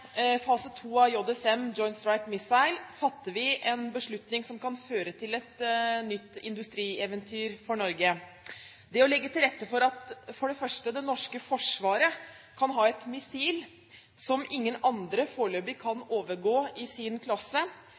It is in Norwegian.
fase 2 av JSM – Joint Strike Missile – fatter vi en beslutning som kan føre til et nytt industrieventyr for Norge. For det første kan det å legge til rette for at det norske forsvaret kan ha et missil som ingen andre foreløpig kan overgå i sin klasse,